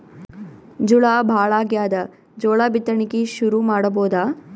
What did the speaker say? ಝಳಾ ಭಾಳಾಗ್ಯಾದ, ಜೋಳ ಬಿತ್ತಣಿಕಿ ಶುರು ಮಾಡಬೋದ?